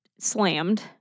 Slammed